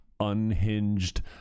unhinged